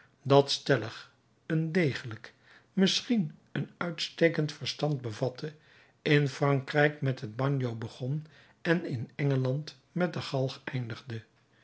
dat stellig een degelijk misschien een uitstekend verstand bevatte in frankrijk met het bagno begon en in engeland met de galg eindigde